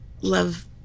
love